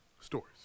stories